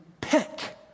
pick